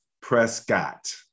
Prescott